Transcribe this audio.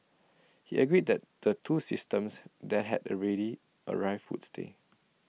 he agreed that the two systems that had already arrived would stay